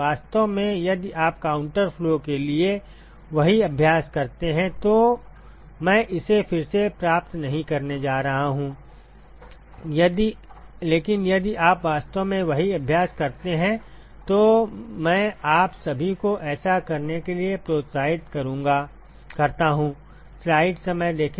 वास्तव में यदि आप काउंटर फ्लो के लिए वही अभ्यास करते हैं तो मैं इसे फिर से प्राप्त नहीं करने जा रहा हूं लेकिन यदि आप वास्तव में वही अभ्यास करते हैं तो मैं आप सभी को ऐसा करने के लिए प्रोत्साहित करता हूं